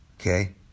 okay